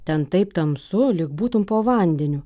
ten taip tamsu lyg būtum po vandeniu